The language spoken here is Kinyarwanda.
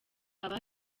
aba